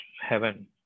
heaven